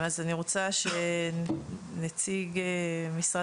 אז אני רוצה שנציג משרד